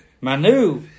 Manu